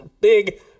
Big